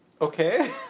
Okay